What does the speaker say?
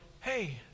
hey